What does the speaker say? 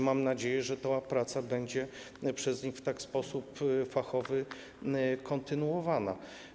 Mam nadzieję, że ta praca będzie przez nich w sposób fachowy kontynuowana.